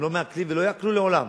הם לא מעכלים ולא יעכלו לעולם